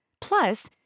Plus